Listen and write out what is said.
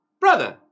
Brother